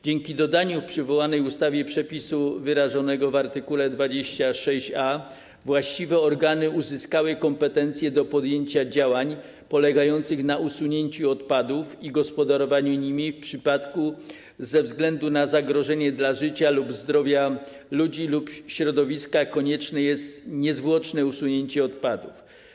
Dzięki dodaniu w przywołanej ustawie przepisu wyrażonego w art. 26a właściwe organy uzyskały kompetencję do podjęcia działań polegających na usunięciu odpadów i gospodarowaniu nimi w przypadku, gdy ze względu na zagrożenie dla życia lub zdrowia ludzi lub środowiska konieczne jest niezwłoczne usunięcie odpadów.